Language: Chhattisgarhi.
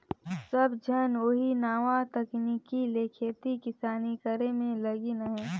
सब झन ओही नावा तकनीक ले खेती किसानी करे में लगिन अहें